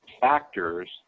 factors